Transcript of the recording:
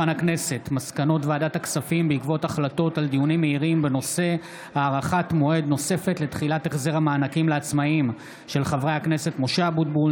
מסקנות ועדת הכספים בעקבות דיון מהיר בהצעתם של חברי הכנסת משה אבוטבול,